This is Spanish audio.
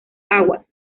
aguas